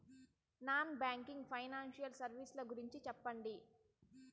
Non banking financial services ల గురించి సెప్పండి?